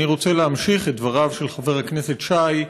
אני רוצה להמשיך את דבריו של חבר הכנסת שי.